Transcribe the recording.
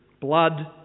Blood